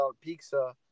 pizza